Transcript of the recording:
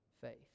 faith